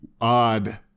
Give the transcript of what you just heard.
odd